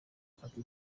afata